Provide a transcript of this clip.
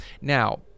Now